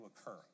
occur